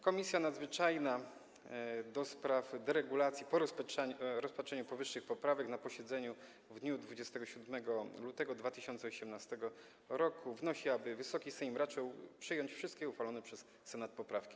Komisja Nadzwyczajna do spraw deregulacji po rozpatrzeniu powyższych poprawek na posiedzeniu w dniu 27 lutego 2018 r. wnosi, aby Wysoki Sejm raczył przyjąć wszystkie uchwalone przez Senat poprawki.